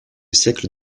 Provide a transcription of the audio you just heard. siècle